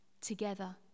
together